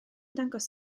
dangos